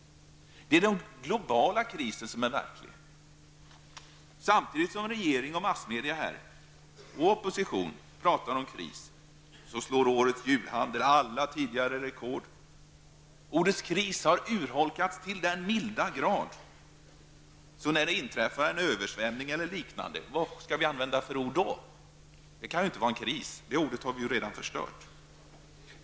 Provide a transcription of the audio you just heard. Det är den globala krisen som är verklig. Samtidigt som regering, massmedia och opposition pratar om kris, slår julhandeln alla tidigare rekord. Ordet kris har urholkats så till den milda grad att när det inträffar en översvämning eller liknande, vad skall vi då använda för ord? Det kan inte vara ordet kris, för det ordet har vi redan förstört.